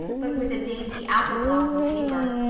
but with a dainty apple-blossom paper,